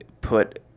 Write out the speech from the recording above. put